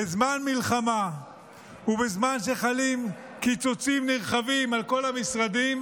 בזמן מלחמה ובזמן שחלים קיצוצים נרחבים על כל המשרדים,